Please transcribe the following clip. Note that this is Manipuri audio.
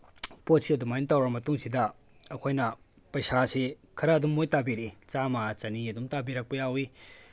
ꯄꯣꯠꯁꯤ ꯑꯗꯨꯃꯥꯏꯅ ꯇꯧꯔ ꯃꯇꯨꯡꯁꯤꯗ ꯑꯩꯈꯣꯏꯅ ꯄꯩꯁꯥꯁꯤ ꯈꯔ ꯑꯗꯨꯝ ꯃꯣꯏ ꯇꯥꯕꯤꯔꯛꯏ ꯆꯥꯝꯃ ꯆꯅꯤ ꯑꯗꯨꯝ ꯇꯥꯕꯤꯔꯛꯄ ꯌꯥꯎꯏ